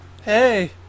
Hey